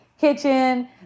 kitchen